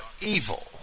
evil